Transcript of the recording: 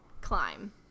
climb